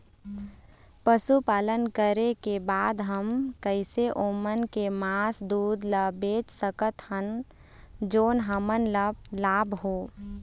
पशुपालन करें के बाद हम कैसे ओमन के मास, दूध ला बेच सकत हन जोन हमन ला लाभ हो?